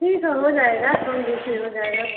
ठीक है हो जाएगा कम बेसी हो जाएगा